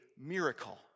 miracle